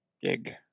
Gig